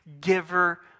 giver